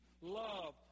love